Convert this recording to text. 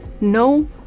no